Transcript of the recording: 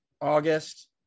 August